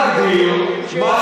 צריך להבדיל אם כתוב שם,